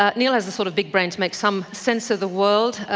ah niall has a sort of big brain to make some sense of the world,